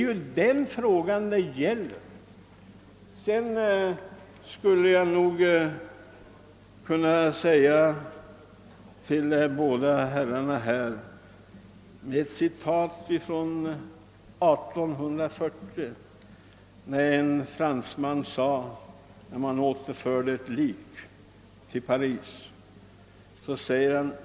Jag vill vidare, herrar Grebäck och Dockered, anföra ett citat av vad en fransman sade när ett visst lik år 1840 återfördes till Paris.